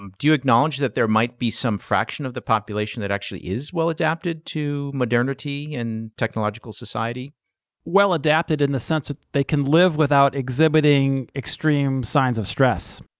um do you acknowledge that there might be some fraction of the population that actually is well adapted to modernity and technological society? david well adapted in the sense that they can live without exhibiting extreme signs of stress,